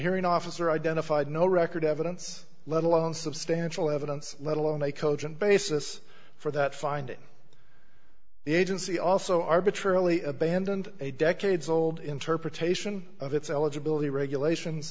hearing officer identified no record evidence let alone substantial evidence let alone a cogent basis for that finding the agency also arbitrarily abandoned a decades old interpretation of its eligibility regulation